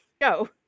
Go